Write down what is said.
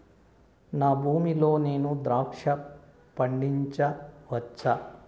నా భూమి లో నేను ద్రాక్ష పండించవచ్చా?